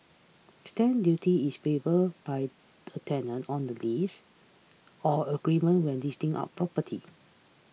stamp duty is payable by a tenant on the lease or agreement when leasing property